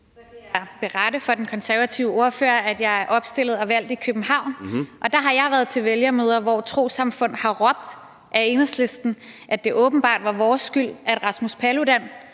jeg berette for den konservative ordfører, at jeg er opstillet og valgt i København, og der har jeg været til vælgermøder, hvor trossamfund har råbt ad Enhedslisten, fordi det åbenbart var vores skyld, at Rasmus Paludan